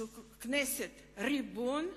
שהכנסת היא ריבון,